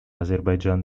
азербайджан